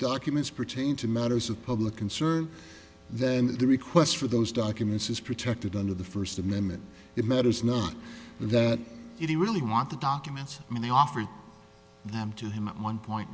documents pertain to matters of public concern then the request for those documents is protected under the first amendment it matters not that if you really want the documents and they offered them to him at one point